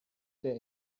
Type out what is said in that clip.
der